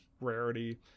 rarity